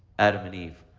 adam and eve,